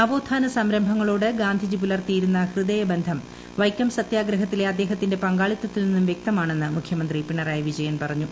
നവോത്ഥാന സംരംഭങ്ങളോട് ഗാന്ധിജി പുലർത്തിയ ഹൃദയബന്ധം വൈക്കം സത്യാഗ്രഹത്തിലെ അദ്ദേഹത്തിന്റെ പങ്കാളിത്തത്തിൽ നിന്നും വ്യക്തമാണെന്ന് മുഖ്യമന്ത്രി പിണറായിട്ടു വിജയൻ പറഞ്ഞു